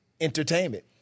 entertainment